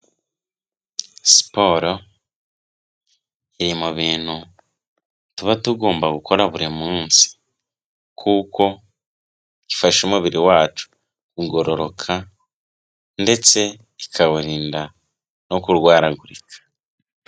Siporo iri mu bintu tuba tugomba gukora buri munsi kuko ifasha umubiri wacu kugororoka ndetse ikawurinda no kurwaragurika.